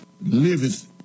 liveth